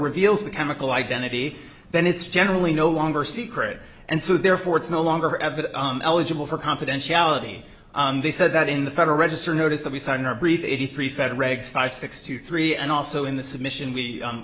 reveals the chemical identity then it's generally no longer secret and so therefore it's no longer ever eligible for confidentiality they said that in the federal register notice of the sun or brief eighty three fed regs five six two three and also in the submission we